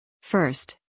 First